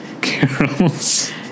Carol's